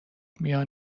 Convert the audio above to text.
میان